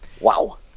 Wow